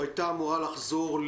או הייתה אמורה לחזור,